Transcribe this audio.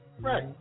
Right